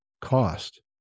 cost